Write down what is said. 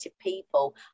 people